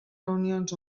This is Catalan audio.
reunions